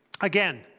Again